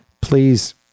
please